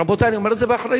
רבותי, אני אומר את זה באחריות,